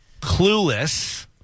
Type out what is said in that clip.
clueless